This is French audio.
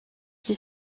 qui